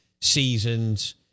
seasons